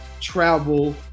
travel